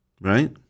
right